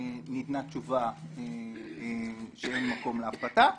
ניתנה תשובה שאין מקום להפחתה.